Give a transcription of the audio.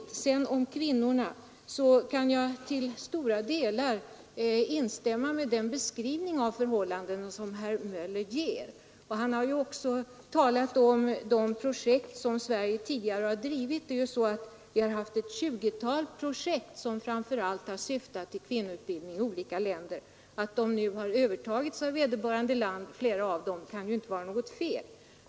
När det gäller kvinnorna kan jag till stora delar instämma i den beskrivning av förhållandena som herr Möller ger. Han har också talat om de projekt som Sverige tidigare har drivit. Vi har ju haft ett 20-tal projekt som framför allt har syftat till kvinnoutbildning i olika länder. Att flera av dem nu har övertagits av vederbörande land kan inte vara något fel.